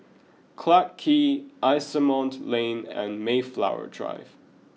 Clarke Quay Asimont Lane and Mayflower Drive